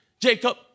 Jacob